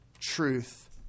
truth